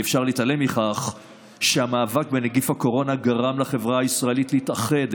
אי-אפשר להתעלם מכך שהמאבק בנגיף הקורונה גרם לחברה הישראלית להתאחד,